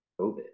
COVID